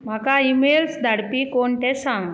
म्हाका ईमेल्स धाडपी कोण तें सांग